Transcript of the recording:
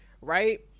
right